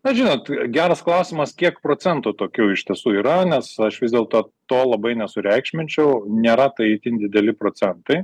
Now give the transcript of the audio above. bet žinot geras klausimas kiek procentų tokių iš tiesų yra nes aš vis dėlto to labai nesureikšminčiau nėra tai itin dideli procentai